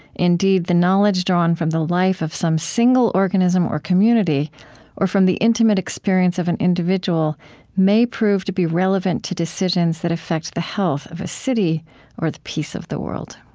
indeed, the knowledge drawn from the life of some single organism or community or from the intimate experience of an individual may prove to be relevant to decisions that affect the health of a city or the peace of the world.